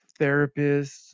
therapists